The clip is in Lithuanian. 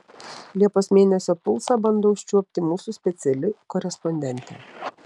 liepos mėnesio pulsą bando užčiuopti mūsų speciali korespondentė